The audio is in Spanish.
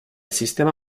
sistema